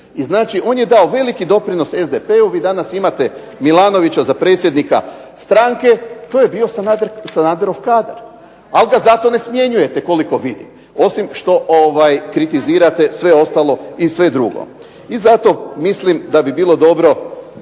Znači on je dao veliki doprinos SDP-u vi danas imate MIlanovića za predsjednika stranke, to je bio Sanaderov kadar, ali ga zato ne smjenjujete koliko vidim. Osim što kritizirate sve ostalo i sve drugo i zato mislim da bi bilo dobro